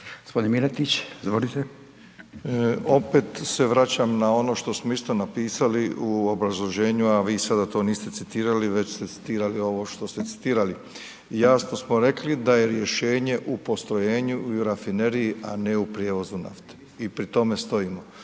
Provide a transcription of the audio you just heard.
**Milatić, Ivo** Opet se vraćam na ono što smo isto napisali u obrazloženju, a vi sada to niste citirali, već ste citirali ovo što ste citirali. Jasno smo rekli da je rješenje u postrojenju i u rafineriji, a ne u prijevozu nafte i pri tome stojimo.